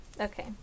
Okay